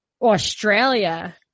Australia